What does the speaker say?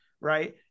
Right